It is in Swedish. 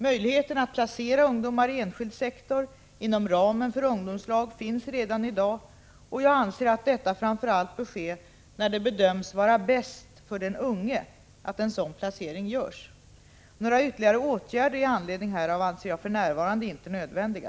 Möjligheten att placera ungdomar i enskild sektor inom ramen för ungdomslag finns redan i dag, och jag anser att detta framför allt bör ske när det bedöms vara bäst för den unge att en sådan placering görs. Några ytterligare åtgärder i anledning härav anser jag för närvarande inte nödvändiga.